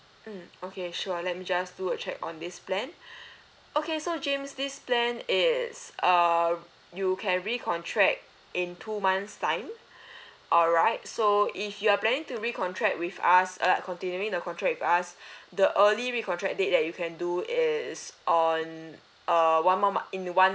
mm okay sure let me just do a check on this plan okay so james this plan is uh you can recontract in two months time alright so if you are planning to recontract with us like continuing the contract with us the early recontract date that you can do is on uh one more mon~ in one